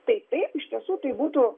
tai taip iš tiesų tai būtų